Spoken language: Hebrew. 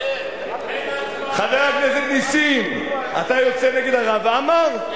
כן --- חבר הכנסת נסים, אתה יוצא נגד הרב עמאר?